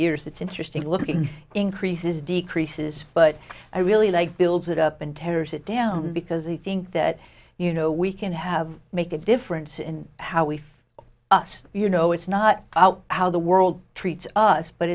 years it's interesting looking increases decreases but i really like builds it up and tears it down because i think that you know we can have make a difference in how we feel us you know it's not out how the world treats us but